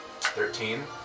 Thirteen